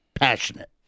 passionate